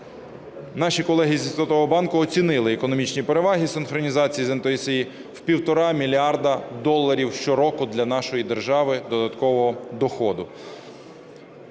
Наші колеги зі Світового банку оцінили економічні переваги синхронізації з ENTSO-E в 1,5 мільярда доларів щороку для нашої держави додатково доходу.